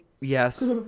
Yes